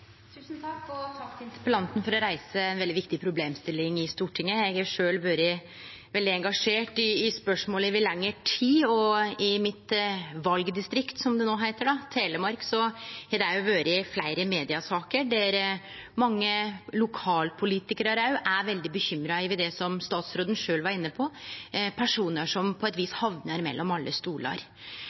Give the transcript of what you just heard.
Takk til interpellanten for å reise ei veldig viktig problemstilling i Stortinget. Eg har sjølv vore veldig engasjert i spørsmålet over lengre tid. I mitt valdistrikt, som det no heiter, Telemark, har det òg vore fleire mediesaker der mange lokalpolitikarar er veldig bekymra over det statsråden sjølv var inne på, personar som på eit vis hamnar mellom alle stolar.